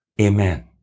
Amen